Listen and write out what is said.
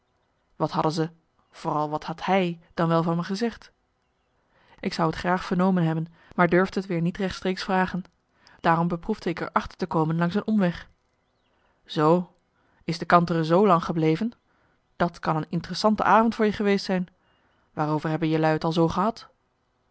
wat hadden ze vooral wat had hij dan wel van me gezegd ik zou t graag vernomen hebben maar durfde t weer niet rechtstreeks vragen daarom beproefde ik er achter te komen langs een omweg zoo is de kantere zoo lang gebleven dat kan een interessante avond voor je geweest zijn waarover hebben jelui t al zoo gehad